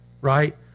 right